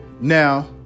Now